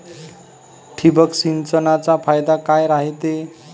ठिबक सिंचनचा फायदा काय राह्यतो?